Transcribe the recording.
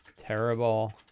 terrible